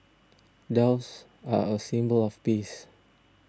doves are a symbol of peace